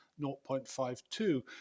0.52